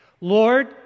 Lord